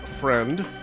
Friend